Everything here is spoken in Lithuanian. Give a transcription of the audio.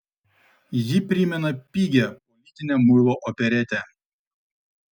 ji primena pigią politinę muilo operetę